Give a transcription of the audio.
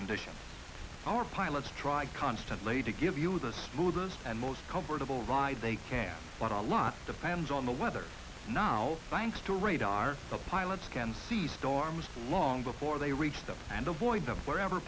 conditions our pilots try constant lay to give you the smoothest and most comfortable ride they can what a lot depends on the weather now thanks to radar the pilots can see storms long before they reach them and avoid them wherever